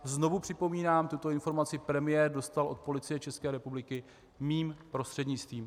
Znovu připomínám, tuto informaci premiér dostal od Policie České republiky mým prostřednictvím.